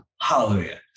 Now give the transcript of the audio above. Hallelujah